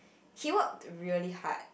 he worked really hard